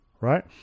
Right